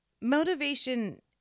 motivation